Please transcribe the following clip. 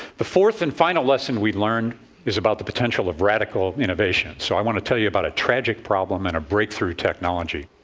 the fourth and final lesson we've learned is about the potential of radical innovation. so, i want to tell you about a tragic problem and a breakthrough technology.